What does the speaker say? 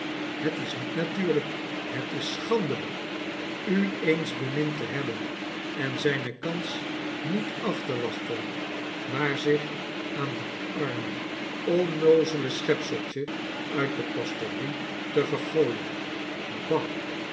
het is niet natuurlyk het is schandelyk i ii eens bemind te hebben en zijne kans niet af te wachten maar zich aan dat arme onnoozele schepseltje uit de pastorie te vergooien ba